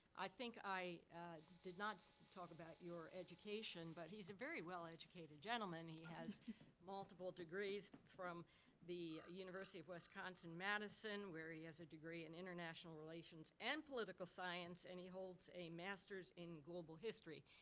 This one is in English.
i think i did not talk about your education, but he's a very well-educated gentleman. he has multiple degrees from the university of wisconsin, madison, where he has a degree in international relations and political science, and he holds a master's in global history.